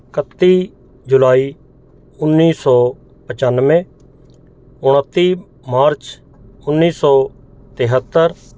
ਕੱਤੀ ਜੁਲਾਈ ਉੱਨੀ ਸੌ ਪਚੱਨਵੇ ਉਣੱਤੀ ਮਾਰਚ ਉੱਨੀ ਸੌ ਤੇਹੱਤਰ